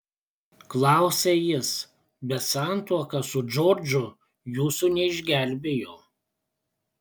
klausia jis bet santuoka su džordžu jūsų neišgelbėjo